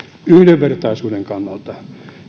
yhdenvertaisuuden kannalta